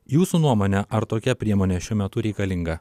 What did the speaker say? jūsų nuomone ar tokia priemonė šiuo metu reikalinga